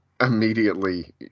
immediately